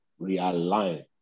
realign